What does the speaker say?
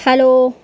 hello